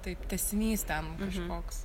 taip tęsinys ten kažkoks